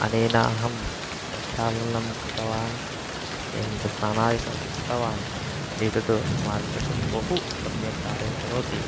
अनया अहं प्रक्षालनं कृतवान् एवं च स्नानादिकमपि कृतवान् एषा मार्जनी बहु सम्यक् कार्यं करोति